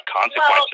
consequences